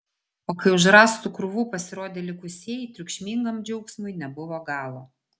o kai iš už rąstų krūvų pasirodė likusieji triukšmingam džiaugsmui nebuvo galo